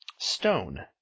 Stone